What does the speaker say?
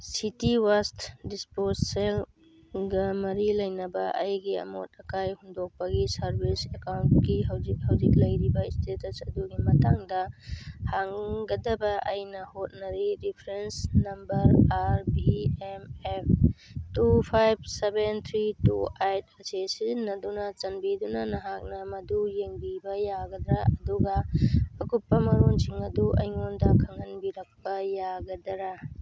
city waste ꯗꯤꯁꯄꯣꯁꯦꯜꯒ ꯃꯔꯤ ꯂꯩꯅꯕ ꯑꯩꯒꯤ ꯑꯃꯣꯠ ꯑꯀꯥꯏ ꯍꯨꯟꯗꯣꯛꯄꯒꯤ ꯁꯔꯚꯤꯁ ꯑꯦꯀꯥꯎꯟꯀꯤ ꯍꯧꯖꯤꯛ ꯍꯧꯖꯤꯛ ꯂꯩꯔꯤꯕ ꯏꯁꯇꯦꯇꯁ ꯑꯗꯨꯒꯤ ꯃꯇꯥꯡꯗ ꯍꯪꯒꯗꯕ ꯑꯩꯅ ꯍꯣꯠꯅꯔꯤ reference number R V M F two five seven three two eight ꯑꯁꯤ ꯁꯤꯖꯤꯟꯅꯗꯨꯅ ꯆꯥꯟꯕꯤꯗꯨꯅ ꯅꯍꯥꯛꯅ ꯃꯗꯨ ꯌꯦꯡꯕꯤꯕ ꯌꯥꯒꯗ꯭ꯔꯥ ꯑꯗꯨꯒ ꯑꯀꯨꯞꯄ ꯃꯔꯣꯜꯁꯤꯡ ꯑꯗꯨ ꯑꯩꯉꯣꯟꯗ ꯈꯪꯍꯟꯕꯤꯔꯛꯄ ꯌꯥꯒꯗ꯭ꯔꯥ